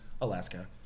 alaska